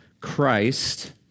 Christ